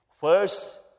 First